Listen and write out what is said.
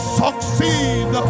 succeed